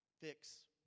fix